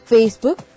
Facebook